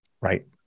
Right